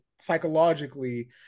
psychologically